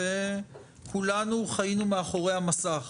כולנו חיינו מאחורי המסך,